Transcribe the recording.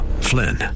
Flynn